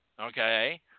Okay